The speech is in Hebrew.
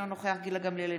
אינו נוכח גילה גמליאל,